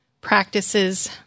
practices